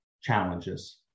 challenges